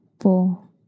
four